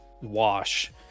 wash